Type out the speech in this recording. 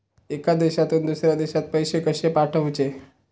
एका देशातून दुसऱ्या देशात पैसे कशे पाठवचे?